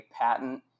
patent